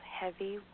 heavy